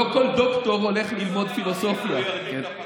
פילוסופיה מרדימה.